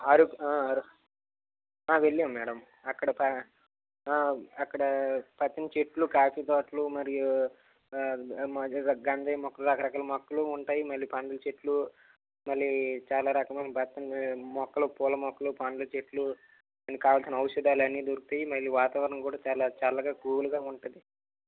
అరకు అరకు వెళ్ళాం మేడం అక్కడ ప ఆ అక్కడ పచ్చని చెట్లు కాఫీ తోటలు మరియు గంజాయి మొక్కలు రకరకాల మొక్కలు ఉంటాయి మళ్ళీ పండ్లు చెట్లు మళ్ళీ చాలా రకములైన మొక్కలు పూల మొక్కలు పండ్ల చెట్లు కావాల్సిన ఔషదాలన్నీ దొరుకుతాయి మళ్ళీ వాతావరణం కూడా చాలా చల్లగా కూల్గా ఉంటుంది